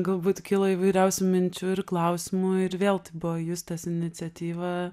galbūt kilo įvairiausių minčių ir klausimų ir vėl tai buvo justės iniciatyva